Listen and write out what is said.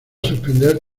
suspender